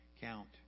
count